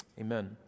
Amen